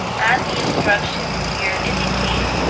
as the instructions here indicate,